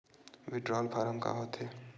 withdrawal form का होथेय